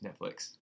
Netflix